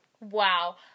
Wow